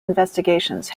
investigations